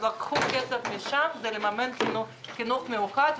ולקחו כסף משם כדי לממן את החינוך המיוחד.